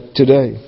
today